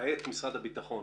למעט משרד הביטחון,